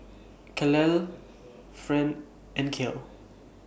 Calla Friend and Kale